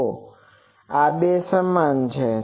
તો આ બે સમાન છે